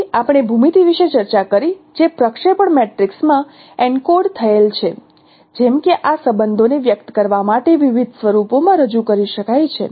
પછી આપણે ભૂમિતિ વિશે ચર્ચા કરી જે પ્રક્ષેપણ મેટ્રિક્સમાં એન્કોડ થયેલ છે જેમ કે આ સંબંધોને વ્યક્ત કરવા માટે વિવિધ સ્વરૂપોમાં રજૂ કરી શકાય છે